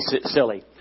silly